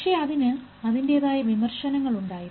പക്ഷേ അതിന് അതിൻറെതായ വിമർശനങ്ങൾ ഉണ്ടായിരുന്നു